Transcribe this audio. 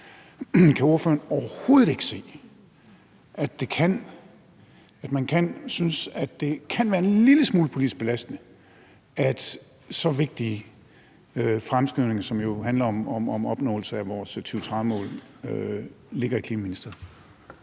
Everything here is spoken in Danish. Kan ordføreren overhovedet ikke se, at man kan synes, at det kan være en lille smule politisk belastende, at så vigtige fremskrivninger, som jo handler om opnåelse af vores 2030-mål, ligger i Klima-, Energi-